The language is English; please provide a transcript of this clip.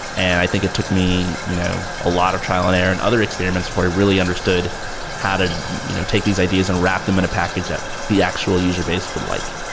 and i think it took me you know a lot of trial and error and other experiments before i really understood how to you know take these ideas and wrap them in a package that the actual user base would like.